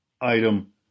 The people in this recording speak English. item